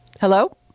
Hello